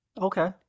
Okay